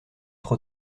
trop